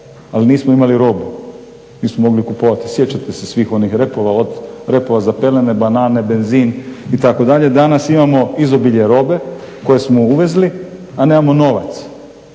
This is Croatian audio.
ali nismo imali robu. Nismo mogli kupovati, sjećate se svih onih repova od onih repova za pelene, banane, benzin itd. Danas imamo izobilje robe koje smo uvezli a nemamo novac.